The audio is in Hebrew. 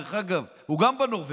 דרך אגב, הוא גם בנורבגי.